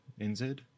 NZ